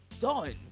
done